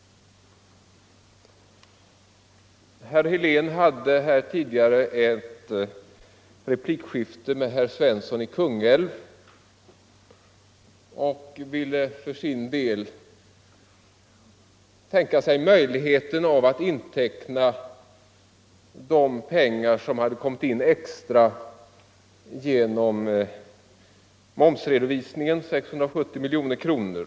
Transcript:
Herr Helén hade tidigare ett replikskifte med herr Svensson i Kungälv och ville för sin del tänka sig möjligheten att inteckna de extra pengar som hade kommit in i samband med momsredovisningen — 670 miljoner kronor.